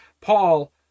paul